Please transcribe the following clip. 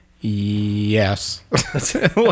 yes